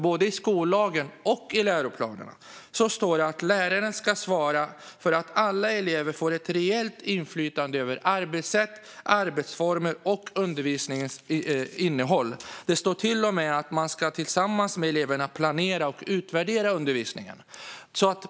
Både i skollagen och i läroplanerna står det nämligen att läraren ska svara för att alla elever får ett reellt inflytande över arbetssätt, arbetsformer och undervisningens innehåll. Det står till och med att man tillsammans med eleverna ska planera och utvärdera undervisningen.